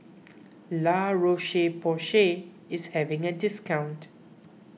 La Roche Porsay is having a discount